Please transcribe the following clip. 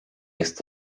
jest